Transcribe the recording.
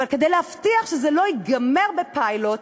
אבל כדי להבטיח שזה לא ייגמר בפיילוט